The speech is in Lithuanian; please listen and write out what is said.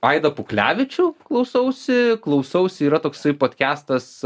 aidą puklevičių klausausi klausausi yra toksai podkestas